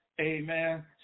Amen